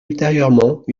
ultérieurement